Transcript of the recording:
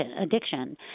addiction